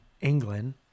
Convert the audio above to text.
England